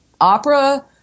opera